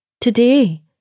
Today